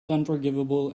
unforgivable